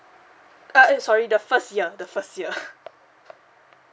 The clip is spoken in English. oh ya sorry the first year the first year